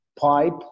pipe